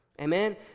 Amen